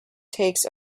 takes